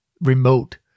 remote